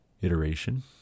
iteration